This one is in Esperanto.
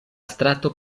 strato